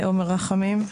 עומר רחמים.